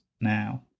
now